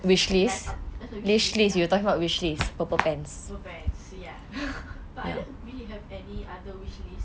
live up~ wish list ya purple pants ya but I don't really have any other wish list